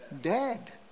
dead